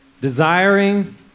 desiring